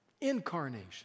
incarnation